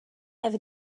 have